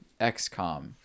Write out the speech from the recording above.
XCOM